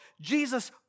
Jesus